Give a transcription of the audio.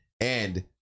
and-